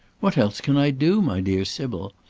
what else can i do, my dear sybil?